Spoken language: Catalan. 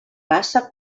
passa